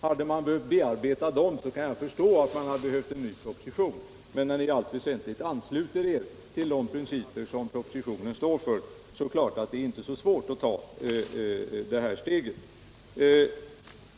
Hade man behövt bearbeta dem kan = i utbildningsväsenjag förstå att man hade behövt en ny proposition, men när ni som sagt = det i allt väsentligt ansluter er till de principer som propositionen står för är det klart att det inte är svårt att ta det här steget.